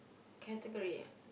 category ah